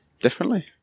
differently